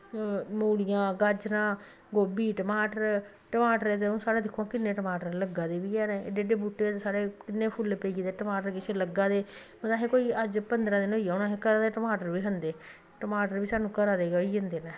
मूलियां गाजरां गोभी टमाटर टमाटरें दे हून साढ़े दिक्खो हां हून किन्ने टमाटर लग्गै दे बी हैन एड्डे एड्डे बूह्टे साढ़ै किन्ने फुल्ल पेई गेदे टमाटर किश लग्गा दे मतलब असें अज्ज कोई पंदरां दिन होई गेआ होना असें घरा दे टमाटर बी खंदें टमाटर बी साह्नू घरा दे गै होई जंदे न